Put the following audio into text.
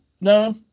No